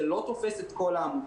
זה לא תופס את כל העמותות,